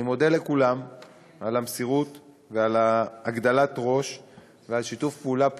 אני מודה לכולם על המסירות ועל הגדלת ראש ועל שיתוף פעולה פורה.